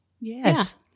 Yes